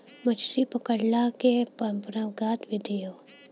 मछरी पकड़ला के परंपरागत विधि हौ